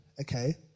okay